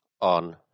on